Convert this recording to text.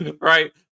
Right